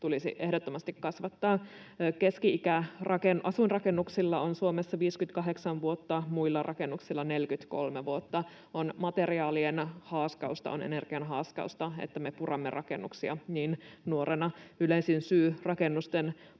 tulisi ehdottomasti kasvattaa. Keski-ikä asuinrakennuksilla on Suomessa 58 vuotta, muilla rakennuksilla 43 vuotta. On materiaalien haaskausta, on energian haaskausta, että me puramme rakennuksia niin nuorena. Yleisin syy rakennusten